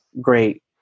great